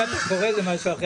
אם אתה קורא זה משהו אחר,